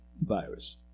virus